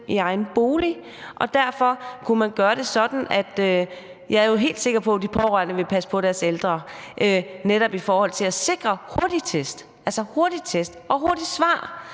i egen bolig. Kunne man derfor gøre det sådan – jeg er jo helt sikker på, at de pårørende vil passe på deres ældre – at man sikrer hurtige test og hurtige svar?